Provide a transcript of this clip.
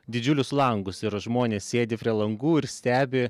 didžiulius langus ir žmonės sėdi prie langų ir stebi